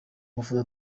mafoto